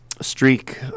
streak